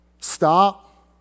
stop